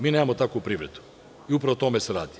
Mi nemamo takvu privredu i upravo o tome se radi.